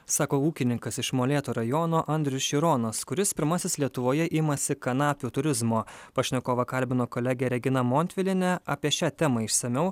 sako ūkininkas iš molėtų rajono andrius šironas kuris pirmasis lietuvoje imasi kanapių turizmo pašnekovą kalbino kolegė regina montvilienė apie šią temą išsamiau